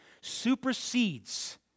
supersedes